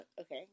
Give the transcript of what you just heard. Okay